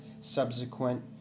subsequent